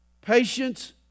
patience